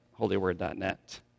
holyword.net